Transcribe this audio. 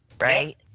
right